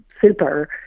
super